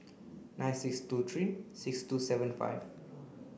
nine six two three six two seven five